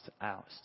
out